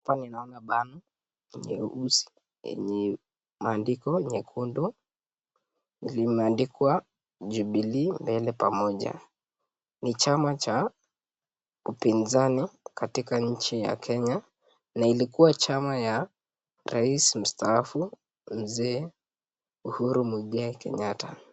Hapa ninaona bano nyeusi yenye maandiko nyekundu, limeandikwa Jubilee Mbele Pamoja, ni chama cha upinzani katika nchi ya Kenya na ilikuwa chama ya rais mstaafu mzee Uhuru Muigai Kenyatta.